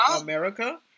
America